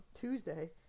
Tuesday